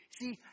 See